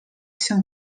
się